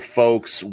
folks